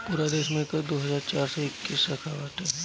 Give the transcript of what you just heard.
पूरा देस में एकर दो हज़ार चार सौ इक्कीस शाखा बाटे